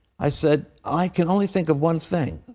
i said, i can only think of one thing.